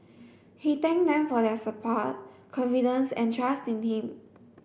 he thank them for their support confidence and trust in him